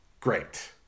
great